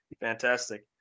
Fantastic